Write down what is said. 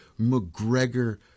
McGregor